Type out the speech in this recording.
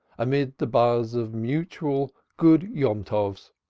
amid the buzz of mutual good yomtovs.